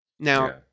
Now